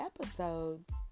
episodes